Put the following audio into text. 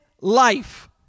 life